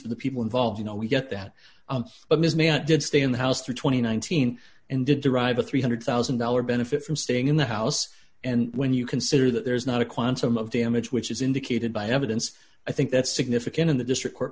for the people involved you know we get that but ms mayor did stay in the house through two thousand and nineteen and did derive a three hundred thousand dollars benefit from staying in the house and when you consider that there's not a quantum of damage which is indicated by evidence i think that's significant in the district court